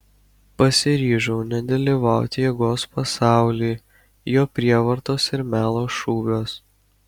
pasiryžau nedalyvaut jėgos pasauly jo prievartos ir melo šūviuos